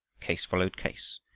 case followed case,